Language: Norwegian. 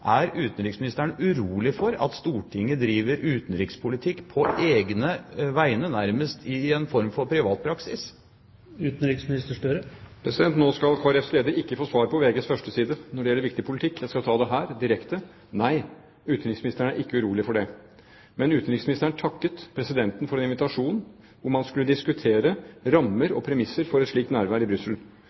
Er utenriksministeren urolig for at Stortinget driver utenrikspolitikk på egne vegne, nærmest i en form for privatpraksis? Nå skal Kristelig Folkepartis leder ikke få svar på VGs førsteside når det gjelder viktig politikk. Jeg skal ta det her, direkte: Nei, utenriksministeren er ikke urolig for det. Men utenriksministeren takket presidenten for invitasjonen, og man skulle diskutere rammer og premisser for et slikt nærvær i Brussel.